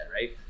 right